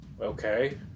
Okay